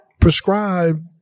prescribe